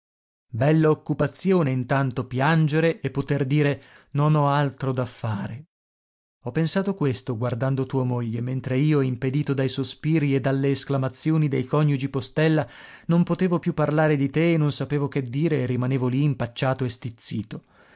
bella occupazione intanto piangere e poter dire non ho altro da fare ho pensato questo guardando tua moglie mentre io impedito dai sospiri e dalle esclamazioni dei coniugi postella non potevo più parlare di te e non sapevo che dire e rimanevo lì impacciato e stizzito